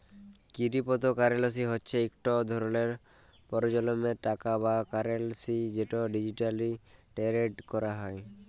crypto currency হচ্যে ইকট লতুল পরজলমের টাকা বা কারেলসি যেট ডিজিটালি টেরেড ক্যরা হয়